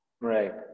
Right